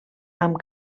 amb